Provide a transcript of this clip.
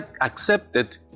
accepted